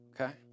okay